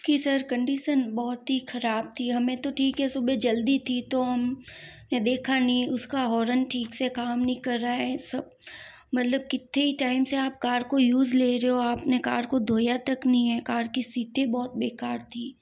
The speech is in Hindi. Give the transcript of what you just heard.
उसकी सर कंडिशन बहुत ही खराब थी हमें तो ठीक है सुबह जल्दी थी तो हम ने देखा नहीं उसका हॉर्न ठीक से काम नहीं कर रहा है सब मतलब कितने ही टाइम से आप कार को यूज ले रहे हो आप ने कार को धोया तक नहीं है कार की सीटें बहुत बेकार थी